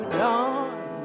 dawn